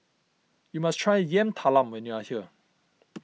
you must try Yam Talam when you are here